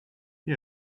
you